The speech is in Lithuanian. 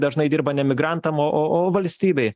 dažnai dirba ne migrantam o o o valstybei